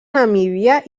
namíbia